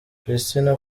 christina